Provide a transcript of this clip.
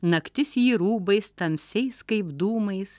naktis jį rūbais tamsiais kaip dūmais